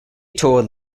told